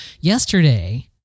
Yesterday